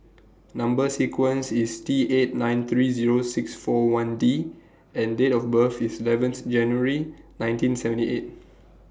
Number sequence IS T eight nine three Zero six four one D and Date of birth IS eleven January nineteen seventy eight